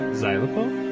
xylophone